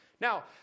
Now